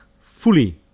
fully